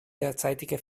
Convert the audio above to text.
derzeitige